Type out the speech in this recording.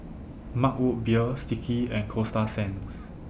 Mug Root Beer Sticky and Coasta Sands